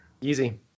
Easy